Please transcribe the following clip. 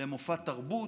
למופע תרבות,